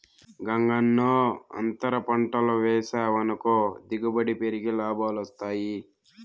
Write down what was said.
గంగన్నో, అంతర పంటలు వేసావనుకో దిగుబడి పెరిగి లాభాలొస్తాయి